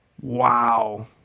Wow